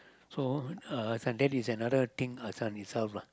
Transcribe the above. so uh this one that's another thing one its self lah